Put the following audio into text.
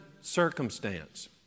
circumstance